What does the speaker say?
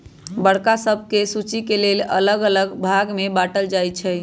बड़का बैंक सभके सुचि के लेल अल्लग अल्लग भाग में बाटल जाइ छइ